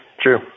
true